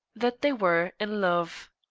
that they were in love.